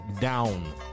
down